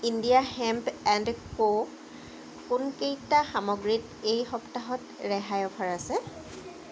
India hemp and কোৰ কোনকেইটা সামগ্ৰীত এই সপ্তাহত ৰেহাইৰ অফাৰ আছে